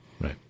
Right